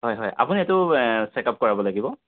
হয় হয় আপুনি এইটো চেকআপ কৰাব লাগিব